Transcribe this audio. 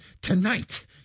tonight